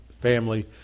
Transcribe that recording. family